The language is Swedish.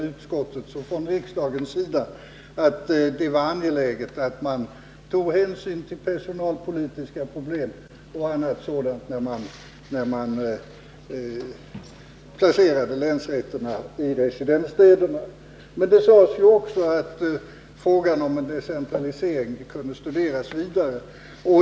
Utskott och riksdag såg det som angeläget att hänsyn togs till personalpolitiska problem och annat när man placerade länsrätterna i residensstäderna. Det sades emellertid också att frågan om en decentralisering kunde studeras vidare.